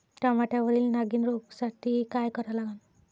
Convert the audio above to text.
टमाट्यावरील नागीण रोगसाठी काय करा लागन?